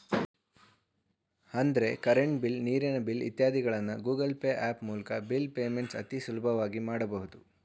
ಅಂದ್ರೆ current bill, ನೀರಿನ bill ಇತ್ಯಾದಿಗಳನ್ನ ಗೂಗಲ್ ಪೇ ಹ್ಯಾಪ್ ಮೂಲ್ಕ ಬಿಲ್ ಪೇಮೆಂಟ್ಸ್ ಅತಿ ಸುಲಭವಾಗಿ ಮಾಡಬಹುದು